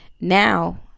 Now